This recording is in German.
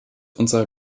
unserer